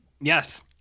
Yes